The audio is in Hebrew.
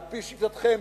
על-פי שיטתכם.